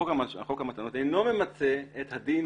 חוק המתנות אינו ממצה את הדין